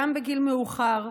גם בגיל מאוחר,